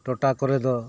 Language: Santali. ᱴᱚᱴᱟ ᱠᱚᱨᱮ ᱫᱚ